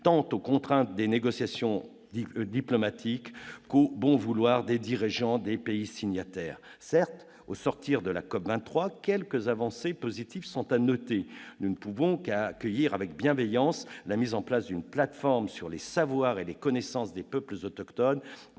tant aux contraintes des négociations diplomatiques qu'au bon vouloir des dirigeants des pays signataires. Certes, au sortir de la COP23, quelques avancées positives sont à noter. Nous ne pouvons qu'accueillir avec bienveillance la mise en place d'une plateforme sur les savoirs et les connaissances des peuples autochtones